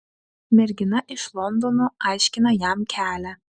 mergina iš londono aiškina jam kelią